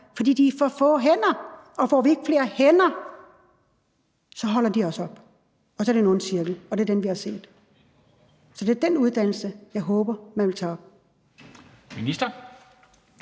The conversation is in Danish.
for de er for få hænder, og får vi ikke flere hænder, holder de også op, og så er det en ond cirkel, og det er den, vi har set. Så det er den uddannelse, jeg håber man vil tage op.